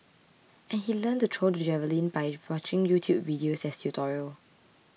and he learnt to throw the javelin by watching YouTube videos as tutorial